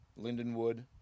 Lindenwood